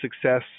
success